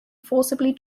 forcibly